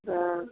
हँ